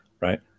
right